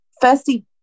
firstly